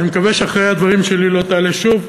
אני מקווה שאחרי הדברים שלי לא תעלה שוב.